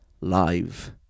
live